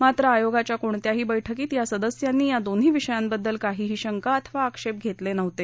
मात्र आयोगाच्या कोणत्याही बैठकीत या सदस्यांनी या दोन्ही विषयांबद्दल काहीही शंका अथवा आक्षेप घेतले नव्हते